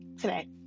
today